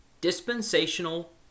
Dispensational